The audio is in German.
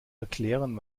erklären